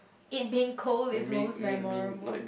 it been cold is most memorable